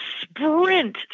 sprint